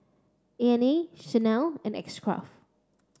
Nan Chanel and X Craft